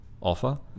offer